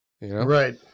Right